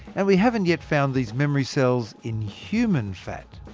and we haven't yet found these memory cells in human fat.